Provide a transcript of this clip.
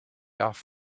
off